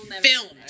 filmed